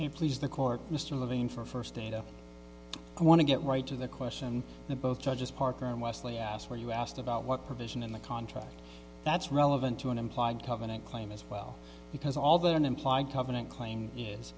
and please the court mr levine for stand up i want to get right to the question that both judges parker and wesley asked were you asked about what provision in the contract that's relevant to an implied covenant claim as well because all that an implied covenant claim is